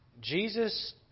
Jesus